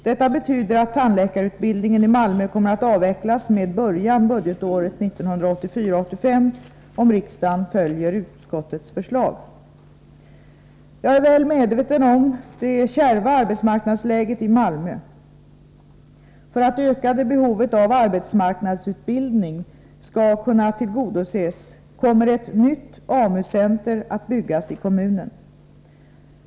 Detta betyder att tandläkarutbildningen i Malmö kommer att avvecklas med början budgetåret 1984/85, om riksdagen följer utskottets förslag. Jag är väl medveten om det kärva arbetsmarknadsläget i Malmö. För att det ökade behovet av arbetsmarknadsutbildning skall kunna tillgodoses kommer ett nytt AMU-center att byggas i kommunen.